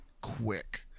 quick